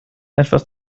etwas